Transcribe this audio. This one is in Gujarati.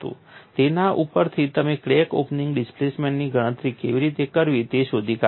તેના ઉપરથી તમે ક્રેક ટિપ ઓપનિંગ ડિસ્પ્લેસમેન્ટની ગણતરી કેવી રીતે કરવી તે શોધી કાઢો છો